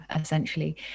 essentially